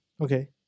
Okay